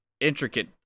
intricate